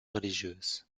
religieuses